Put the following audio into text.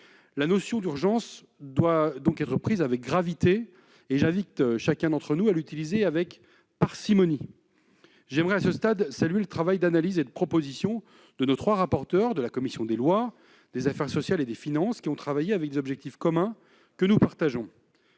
La notion d'urgence doit donc être prise avec gravité et j'invite chacun d'entre nous à l'utiliser avec parcimonie. J'aimerais, à ce stade, saluer le travail d'analyse et de proposition de nos trois rapporteurs, respectivement de la commission des lois, de la commission des affaires sociales et de la commission des finances, qui ont travaillé avec des objectifs communs que nous partageons